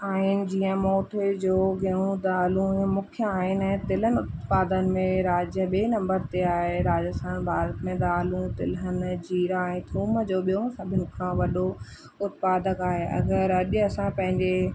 आहिनि जीअं मोठे जो गेहूं दालूं मुख्य आहिनि ऐं तिलनि उत्पादन में राज्य ॿिए नम्बर ते आहे राजस्थान भारत में दालूं तिलहनि जीरा ऐं थूम जो ॿियो सभिनि खां वॾो उत्पादक आहे राज्य असां पंहिंजे